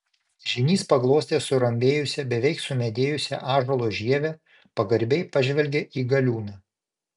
žynys paglostė surambėjusią beveik sumedėjusią ąžuolo žievę pagarbiai pažvelgė į galiūną